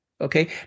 Okay